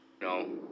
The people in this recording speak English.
No